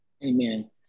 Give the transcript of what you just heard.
Amen